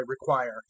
require